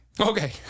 Okay